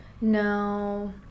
no